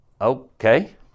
Okay